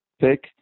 pick